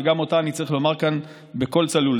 שגם אותה אני צריך לומר כאן בקול צלול.